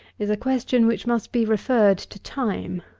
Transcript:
is a question which must be referred to time.